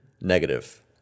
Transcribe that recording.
negative